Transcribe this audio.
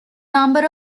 number